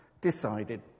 decided